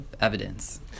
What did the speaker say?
evidence